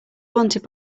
wanted